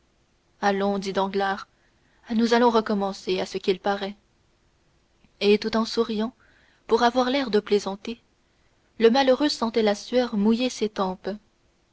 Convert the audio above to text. allons dit danglars nous allons recommencer à ce qu'il paraît et tout en souriant pour avoir l'air de plaisanter le malheureux sentait la sueur mouiller ses tempes